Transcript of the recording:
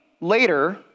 later